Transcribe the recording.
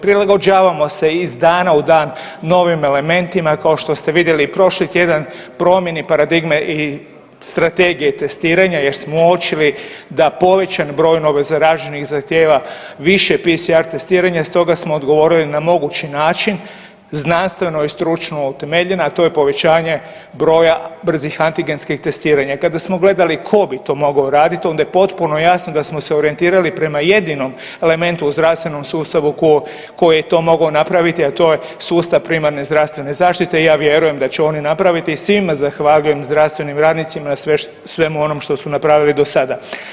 Prilagođavamo se iz dana u dan novim elementima, kao što ste vidjeli prošli tjedan promjeni paradigme i strategije testiranja jer smo uočili da povećan broj novozaraženih zahtjeva više PCR testiranja, stoga smo odgovorili na mogući način znanstveno i stručno utemeljen, a to je povećanje broja brzih antigenskih testiranja i kada smo gledali tko bi to mogao uradit onda je potpuno jasno da smo se orijentirali prema jedinom elementu u zdravstvenom sustavu koji je to mogao napraviti, a to je sustav primarne zdravstvene zaštite i ja vjerujem da će oni napraviti i svima zahvaljujem zdravstvenim radnicima svemu onom što su napravili do sada.